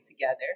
together